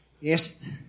yes